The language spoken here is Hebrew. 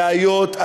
בעיות,